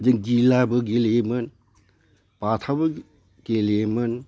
जों गिलाबो गेलेयोमोन बाथाबो गेलेयोमोन